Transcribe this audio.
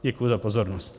Děkuji za pozornost.